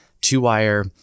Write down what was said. two-wire